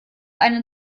eine